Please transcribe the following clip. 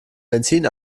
benzin